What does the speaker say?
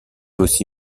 aussi